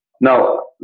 Now